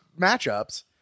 matchups